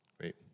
Great